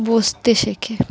বসতে শেখে